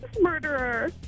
murderer